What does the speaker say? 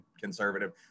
conservative